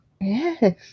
Yes